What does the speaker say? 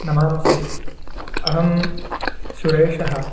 नमांसि अहं सुरेशः